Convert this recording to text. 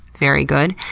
very good.